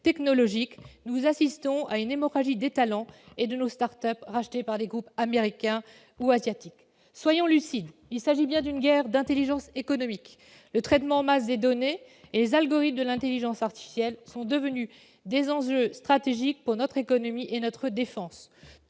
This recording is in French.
technologique, nous assistons à une hémorragie des talents et de nos start-up, rachetées par des groupes américains ou asiatiques. Soyons lucides : il s'agit bien d'une guerre d'intelligence économique. Le traitement en masse des données et les algorithmes de l'intelligence artificielle sont en effet devenus des enjeux stratégiques pour notre économie et notre défense.